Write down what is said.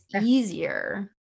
easier